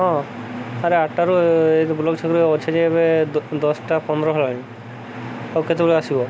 ହଁ ଆରେ ଆଠଟାରୁ ଏଇ ବୋଲକ ଛକୁ ଅଛେ ଯେ ଏବେ ଦଶଟା ପନ୍ଦର ହେଲାଣି ଆଉ କେତେବେଳେ ଆସିବ